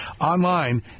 online